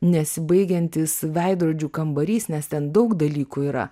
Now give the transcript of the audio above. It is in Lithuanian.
nesibaigiantis veidrodžių kambarys nes ten daug dalykų yra